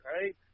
right